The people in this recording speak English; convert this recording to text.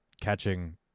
catching